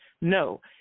No